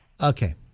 okay